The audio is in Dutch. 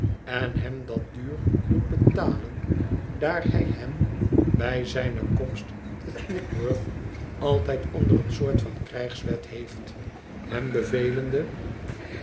en hem dat duur doet betalen daar hij hem bij zijne komst te snigsworth altijd onder een soort van krijgswet heeft hem bevelende